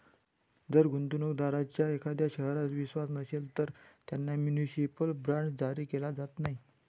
जर गुंतवणूक दारांचा एखाद्या शहरावर विश्वास नसेल, तर त्यांना म्युनिसिपल बॉण्ड्स जारी केले जात नाहीत